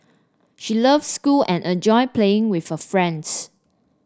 she loves school and enjoy playing with her friends